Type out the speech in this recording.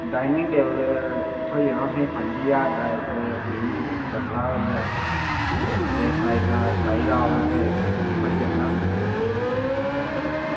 dining table थ्होई जाना असें ई पंजी ज्हार दा बाह् ते इक्क पंदरां ज्हार दा होई गेआ ते जिस साईज दा चाहिदा होग ते थ्होई जंदा